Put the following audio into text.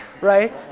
right